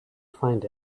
find